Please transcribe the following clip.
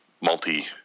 multi